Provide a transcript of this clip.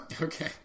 Okay